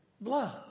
love